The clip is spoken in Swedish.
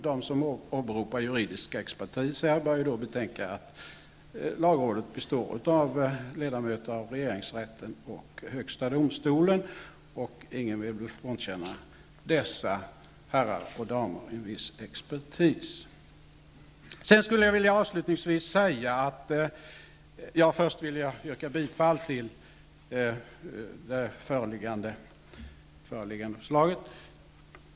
De som åberopar juridisk expertis bör betänka att lagrådet består av ledamöter av regeringsrätten och högsta domstolen, och ingen vill väl frånkänna dessa herrar och damer en viss expertis. Jag vill yrka bifall till det föreliggande förslaget.